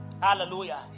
Hallelujah